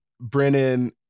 Brennan